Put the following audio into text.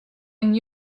and